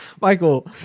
Michael